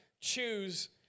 choose